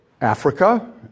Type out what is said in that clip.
Africa